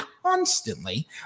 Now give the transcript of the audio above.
constantly